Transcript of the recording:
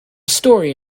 story